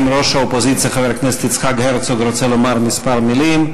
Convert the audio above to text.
אם ראש האופוזיציה חבר הכנסת יצחק הרצוג רוצה לומר כמה מילים,